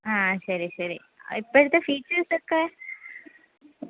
ആ ശരി ശരി ഇപ്പോഴത്തെ ഫീച്ചേഴ്സൊക്കെ